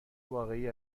واقعی